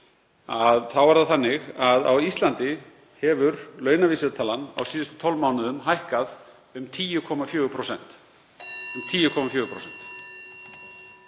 þá er það þannig að á Íslandi hefur launavísitalan á síðustu 12 mánuðum hækkað um 10,4%